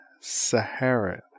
Sahara